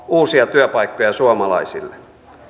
uusia työpaikkoja suomalaisille